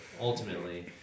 ultimately